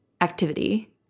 activity